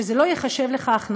שזה לא ייחשב לך הכנסה,